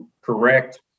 correct